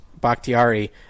Bakhtiari